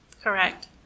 Correct